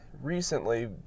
recently